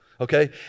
Okay